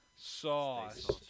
sauce